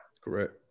correct